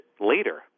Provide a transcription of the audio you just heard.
later